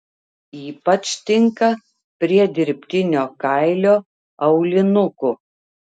ypač tinka prie dirbtinio kailio aulinukų